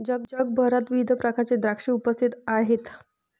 जगभरात विविध प्रकारचे द्राक्षे उपस्थित आहेत